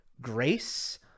grace